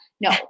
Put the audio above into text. No